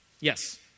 Yes